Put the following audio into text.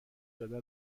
داده